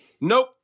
Nope